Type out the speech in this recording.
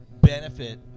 benefit